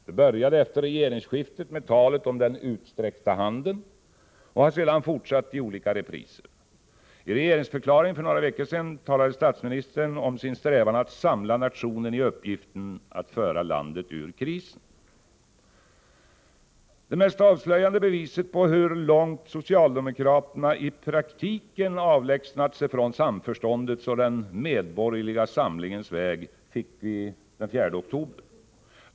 Det började efter regeringsskiftet med talet om ”den utsträckta handen” och har sedan fortsatt i olika repriser. I regeringsförklaringen för några veckor sedan talade statsministern om sin strävan att ”samla nationen i uppgiften att föra landet ur krisen”. Det mest avslöjande beviset på hur långt socialdemokraterna i praktiken har avlägsnat sig från samförståndets och den medborgerliga samlingens väg fick vi den 4 oktober.